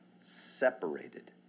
separated